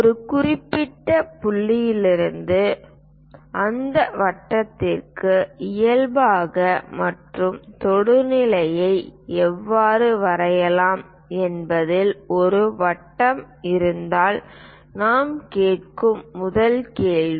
ஒரு குறிப்பிட்ட புள்ளியிலிருந்து அந்த வட்டத்திற்கு இயல்பான மற்றும் தொடுநிலையை எவ்வாறு வரையலாம் என்பதில் ஒரு வட்டம் இருந்தால் நாம் கேட்கும் முதல் கேள்வி